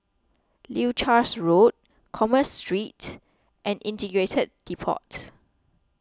Leuchars Road Commerce Street and Integrated Depot